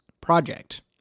project